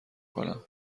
کنم